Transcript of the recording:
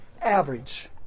average